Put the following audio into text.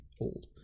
old